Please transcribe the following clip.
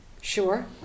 sure